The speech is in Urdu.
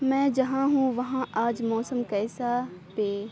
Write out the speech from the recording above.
میں جہاں ہوں وہاں آج موسم کیسا پے